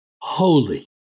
holy